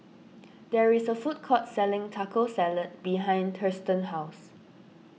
there is a food court selling Taco Salad behind Thurston's house